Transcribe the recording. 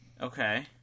Okay